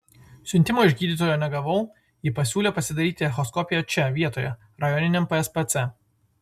siuntimo iš gydytojo negavau ji pasiūlė pasidaryti echoskopiją čia vietoje rajoniniam pspc